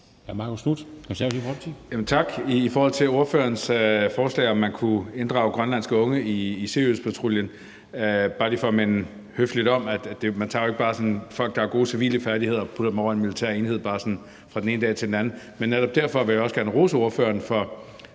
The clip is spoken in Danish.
Tak. I forhold til ordførerens forslag om, at vi kunne inddrage grønlandske unge i Siriuspatruljen, vil jeg lige høfligt minde om, at man jo ikke bare tager folk, der har gode civile færdigheder, og putter dem over i en militær enhed sådan fra den ene dag til den anden. Men netop derfor vil jeg også gerne rose ordføreren for